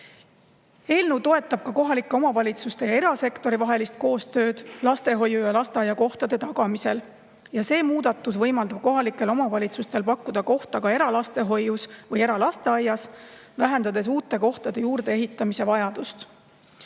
Eelnõu toetab ka kohalike omavalitsuste ja erasektori vahelist koostööd lastehoiu‑ ja lasteaiakohtade tagamisel. See muudatus võimaldab kohalikel omavalitsustel pakkuda kohta ka eralastehoius või eralasteaias, vähendades uute kohtade juurdeehitamise vajadust.